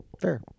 Fair